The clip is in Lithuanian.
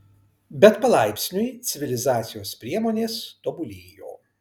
bet palaipsniui civilizacijos priemonės tobulėjo